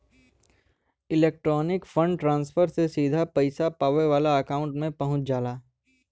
electronic fund transfer से सीधे पइसा पावे वाले के अकांउट में पहुंच जाला